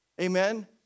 Amen